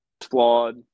flawed